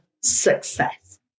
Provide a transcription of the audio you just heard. success